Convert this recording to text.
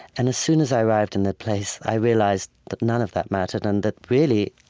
and as soon as i arrived in that place, i realized that none of that mattered and that, really,